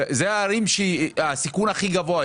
אלה הערים בסיכון גבוה,